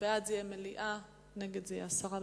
בעד זה יהיה מליאה, נגד זה יהיה הסרה.